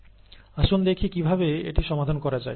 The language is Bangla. আসুন দেখি কিভাবে এটি সমাধান করা যায়